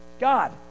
God